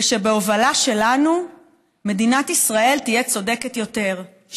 ושבהובלה שלנו מדינת ישראל תהיה צודקת יותר,